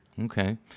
okay